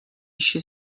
chez